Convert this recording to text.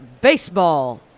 baseball